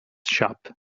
shop